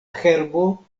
herbo